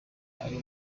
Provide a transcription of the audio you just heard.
ari